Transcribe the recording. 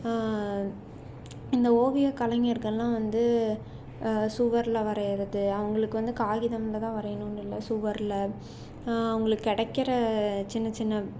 இந்த ஓவியக் கலைஞர்களெலாம் வந்து சுவரில் வரையறது அவர்களுக்கு வந்து காகிதமில் தான் வரையணும்னு இல்லை சுவரில் அவர்களுக்கு கிடைக்கற சின்ன சின்ன